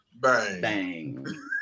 Bang